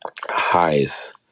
highest